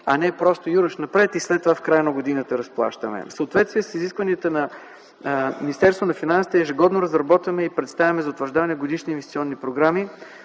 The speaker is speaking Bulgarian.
а не просто юруш напред и след това в края на годината – разплащане. В съответствие с изискванията на Министерството на финансите ежегодно разработваме и представяме за утвърждаване годишни инвестиционни програми.